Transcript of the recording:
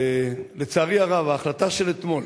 לצערי הרב, ההחלטה של אתמול